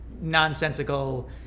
nonsensical